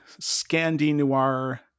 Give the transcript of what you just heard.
Scandi-noir